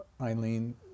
Eileen